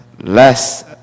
less